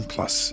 Plus